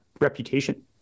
reputation